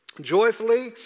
joyfully